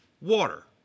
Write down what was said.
water